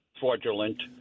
fraudulent